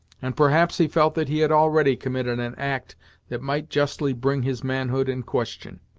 and perhaps he felt that he had already committed an act that might justly bring his manhood in question.